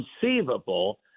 conceivable